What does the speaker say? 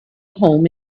home